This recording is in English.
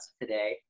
today